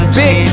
big